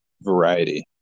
variety